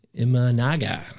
Imanaga